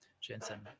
Jensen